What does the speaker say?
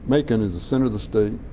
macon is the center of the state.